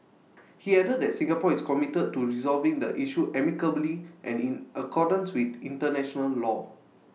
he added that Singapore is committed to resolving the issue amicably and in accordance with International law